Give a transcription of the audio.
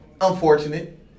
unfortunate